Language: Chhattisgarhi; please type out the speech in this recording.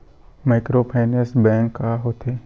माइक्रोफाइनेंस बैंक का होथे?